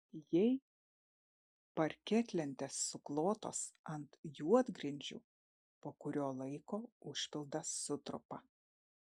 jei parketlentės suklotos ant juodgrindžių po kurio laiko užpildas sutrupa